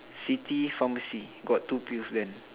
city pharmacy got two pills then